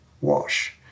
wash